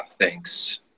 Thanks